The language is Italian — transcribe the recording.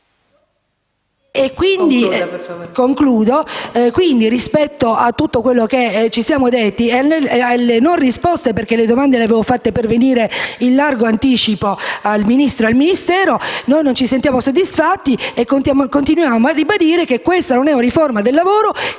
momento. Quindi, rispetto a tutto quello che ci siamo detti e alle non risposte alle mie domande (che avevo fatto pervenire in largo anticipo al Ministro e al Ministero), noi non ci sentiamo soddisfatti e continuiamo a ribadire che questa non è la riforma del lavoro